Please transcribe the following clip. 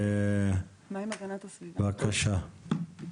נדב, בבקשה.